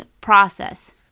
process